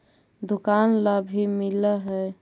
दुकान ला भी मिलहै?